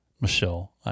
Michelle